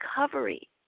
recovery